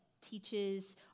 teaches